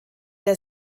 der